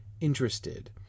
interested